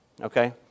okay